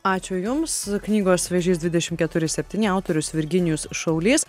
ačiū jums knygos vėžys dvidešim keturi septyni autorius virginijus šaulys